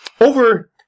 Over